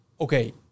okay